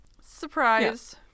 Surprise